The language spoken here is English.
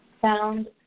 Found